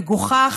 מגוחך,